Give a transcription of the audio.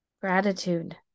gratitude